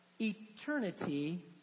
eternity